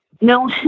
No